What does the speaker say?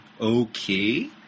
Okay